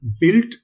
built